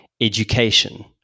education